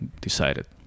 decided